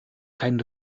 kein